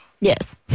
Yes